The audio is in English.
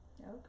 Okay